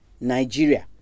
Nigeria